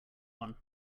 one